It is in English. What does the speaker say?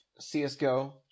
CSGO